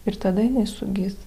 ir tada jinai sugis